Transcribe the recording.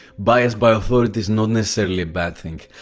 bias by authority is not necessarily a bad thing,